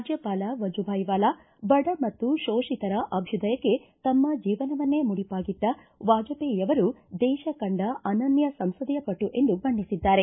ರಾಜ್ಯಪಾಲ ವಾದುಬಾಯಿವಾಲಾ ಬಡ ಮತ್ತು ಪೋಷಿತರ ಅಭ್ಯುದಯಕ್ಕೆ ತಮ್ಮ ಜೀವನವಸ್ಟೇ ಮುಡಿಪಾಗಿಟ ವಾಜಪೇಯಿಯವರು ದೇಶ ಕಂಡ ಅನನ್ನ ಸಂಸದೀಯ ಪಟು ಎಂದು ಬಣ್ಣಿಸಿದ್ದಾರೆ